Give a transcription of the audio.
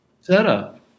setup